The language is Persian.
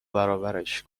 برابرش